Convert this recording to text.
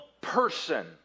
person